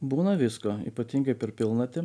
būna visko ypatingai per pilnatį